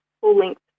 full-length